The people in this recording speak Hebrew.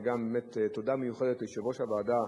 תודה מיוחדת ליושב-ראש הוועדה,